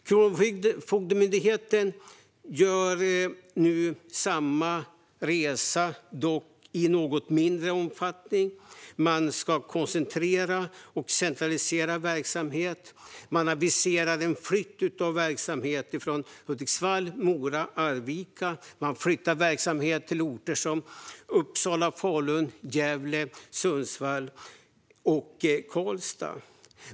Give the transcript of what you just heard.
Kronofogdemyndigheten gör nu samma resa, dock i något mindre omfattning. Man ska koncentrera och centralisera verksamhet. Man aviserade flytt av verksamhet från Hudiksvall, Mora och Arvika. Man flyttade verksamhet till orter som Uppsala, Falun, Gävle, Sundsvall och Karlstad.